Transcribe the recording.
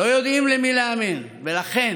לא יודעים למי להאמין, ולכן